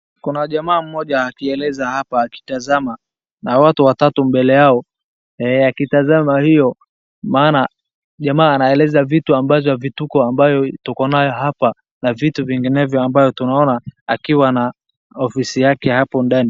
Kuna jamaa mmoja akieleza hapa akitazama na watu watatu mbele yao. Akitazama hiyo maana jamaa anaeleza vitu ambaymzo vituko ambayo tukonayo hapa na vitu vingenevyo ambayo akiwa na ofisi yake hapo ndani.